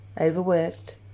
overworked